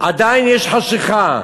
עדיין חשכה,